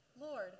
Lord